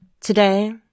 Today